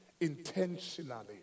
intentionally